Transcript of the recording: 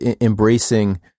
embracing